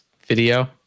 video